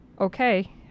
okay